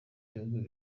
gihugu